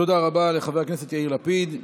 תודה רבה לחבר הכנסת יאיר לפיד.